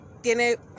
tiene